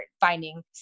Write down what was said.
finding